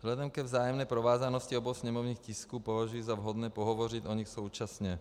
Vzhledem ke vzájemné provázanosti obou sněmovních tisků považuji za vhodné pohovořit o nich současně.